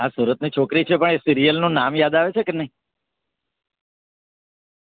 હા સુરતની છોકરી છે પણ એ સિરિયલનું નામ યાદ આવે છે કે નહીં